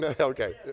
Okay